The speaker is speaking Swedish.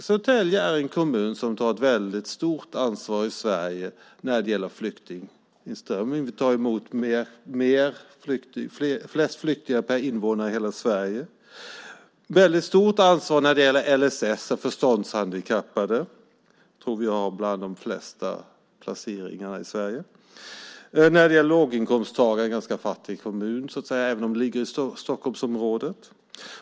Södertälje är en kommun som tar ett väldigt stort ansvar i Sverige när det gäller flyktinginströmning. Vi tar emot flest flyktingar per invånare i hela Sverige. Vi tar ett väldigt stort ansvar när det gäller LSS och förståndshandikappade. Jag tror att vi har bland de flesta placeringarna i Sverige. När det gäller låginkomsttagare är det en ganska fattig kommun så att säga, även om den ligger i Stockholmsområdet.